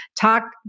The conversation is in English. talk